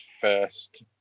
first